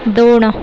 दोन